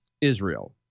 Israel